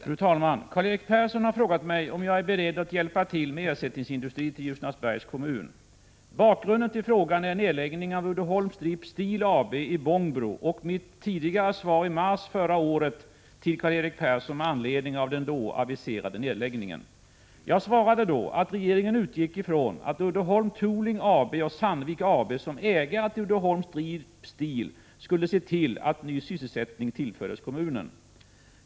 Fru talman! Karl-Erik Persson har frågat mig om jag nu är beredd att hjälpa till med ersättningsindustri till Ljusnarsbergs kommun. Bakgrunden till frågan är nedläggningen av Uddeholm Strip Steel AB i Bångbro och mitt tidigare svar i mars förra året till Karl-Erik Persson med anledning av den då aviserade nedläggningen. Jag svarade då att regeringen utgick ifrån att Uddeholm Tooling AB och Sandvik AB som ägare till Uddeholm Strip Steel skulle se till att ny sysselsättning tillfördes kommunen.